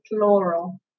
plural